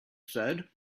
said